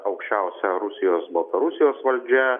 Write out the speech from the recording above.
aukščiausia rusijos baltarusijos valdžia